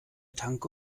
tanke